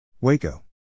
Waco